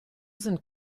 sind